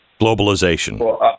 Globalization